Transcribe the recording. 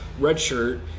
redshirt